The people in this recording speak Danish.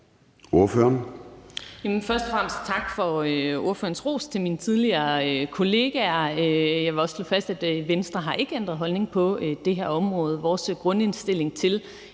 Først og fremmest tak for ordførerens ros til mine tidligere kollegaer. Jeg vil også slå fast, at Venstre ikke har ændret holdning på det her område. Vores grundindstilling til